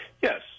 yes